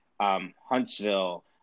Huntsville